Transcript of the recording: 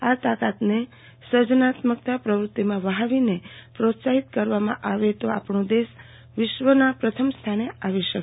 આ તાકાતને સર્જનાત્મક પ્રવૃતિઓમાં વહાવીને પ્રોત્સાહીત કરવામાં આવે તો આપણો દેશ વિશ્વમાં પ્રથમ સ્થાને આવી શકે